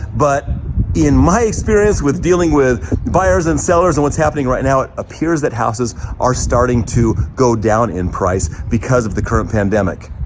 but in my experience with dealing with buyers and sellers and what's happening right now, it appears that houses are starting to go down in price because of the current pandemic.